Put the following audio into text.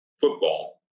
football